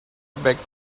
back